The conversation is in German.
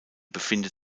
befindet